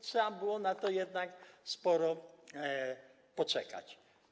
Trzeba było na to jednak sporo poczekać.